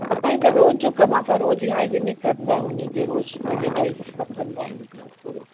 असांजो त रोज़ जो कम आ्हे असां रोज़ ई हाइजीनिक कंदा आहियूं उन्हीअ खे रोज़ सैनिटाइज़ सभु कंदा आहियूं घर पूरो